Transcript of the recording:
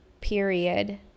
period